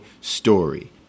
story